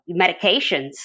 medications